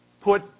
put